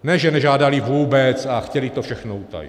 Ne, že nežádali vůbec a chtěli to všechno utajit.